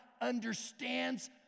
understands